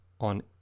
on